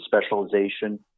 specialization